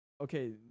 okay